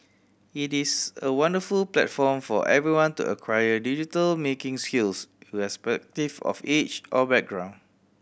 it is a wonderful platform for everyone to acquire digital making skills irrespective of age or background